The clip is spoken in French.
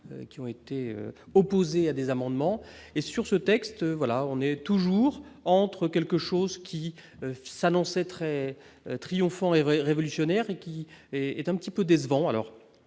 qui ont été opposés à des amendements et sur ce texte, voilà, on est toujours entre quelque chose qui s'annonçait très triomphant révolutionnaire et qui est est un petit peu décevant,